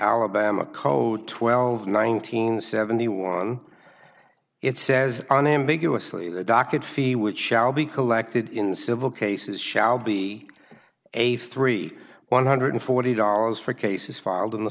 alabama code twelve nineteen seventy one it says on ambiguously the docket fee which shall be collected in civil cases shall be a three one hundred forty dollars for cases filed in the